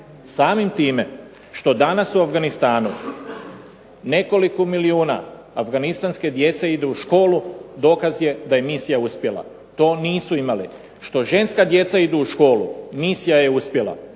Samim time, što danas u Afganistanu nekoliko milijuna Afganistanske djece idu u školu dokaz je da je misija uspjela. To nisu imali, što ženska djeca idu u školu, misija je uspjela.